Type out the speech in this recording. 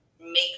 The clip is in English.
make